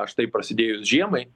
štai prasidėjus žiemai